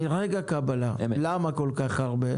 למה כל כך הרבה?